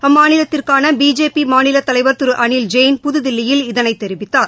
அம்மாநிலத்திற்கானபிஜேபிமாநிலத் தலைவர் திருஅனில் ஜெயின் புதுதில்லியில் இதனைதெரிவித்தார்